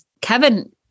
Kevin